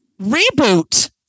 Reboot